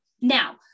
Now